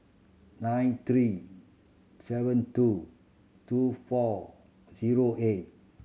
nine three seven two two four zero eight